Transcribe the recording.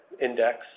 index